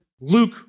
Luke